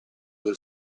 del